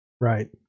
Right